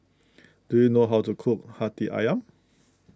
do you know how to cook Hati Ayam